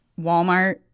Walmart